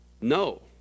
No